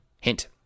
Hint